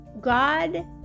God